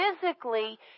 physically